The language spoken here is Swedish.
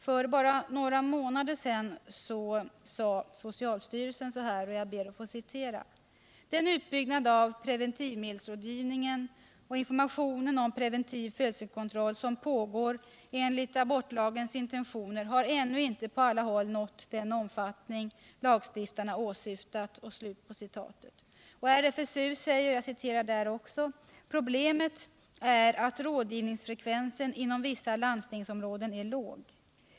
För bara några månader sedan sade socialstyrelsen: ”Den utbyggnad av preventivmedelsrådgivningen och informationen om preventiv födelsekontroll som pågår enligt abortlagens intentioner har ännu inte på alla håll nått den omfattning lagstiftarna åsyftat.” RFSU säger: ”Problemet är att rådgivningsfrekvensen inom vissa landstingsområden är låg.